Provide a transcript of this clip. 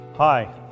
Hi